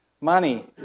Money